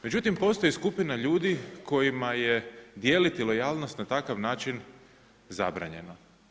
Međutim postoji skupina ljudi kojima je dijeliti lojalnost na takav način zabranjeno.